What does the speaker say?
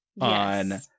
on